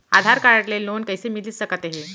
आधार card ले loan कइसे मिलिस सकत हे?